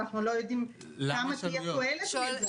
אנחנו לא יודעים כמה תהיה תועלת מזה.